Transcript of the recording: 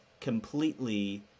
completely